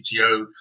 CTO